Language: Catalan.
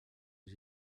els